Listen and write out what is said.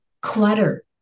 clutter